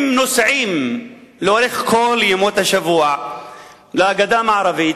הם נוסעים כל ימות השבוע לגדה המערבית,